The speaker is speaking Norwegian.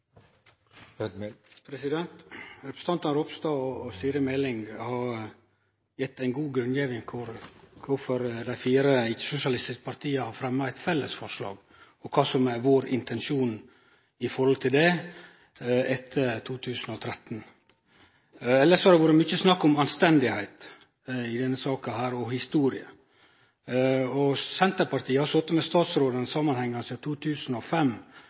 Ropstad og Siri Meling har gjeve ei god grunngjeving for kvifor dei fire ikkje-sosialistiske partia har fremja eit fellesforslag og kva som er vår intensjon når det gjeld det etter 2013. Elles har det vore mykje snakk om anstendigheit og historie i denne saka. Senterpartiet har sete med statsråden samanhengande sidan 2005, og eg kan forstå at både Erling Sande og statsråden har